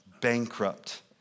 bankrupt